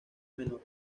menor